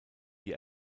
die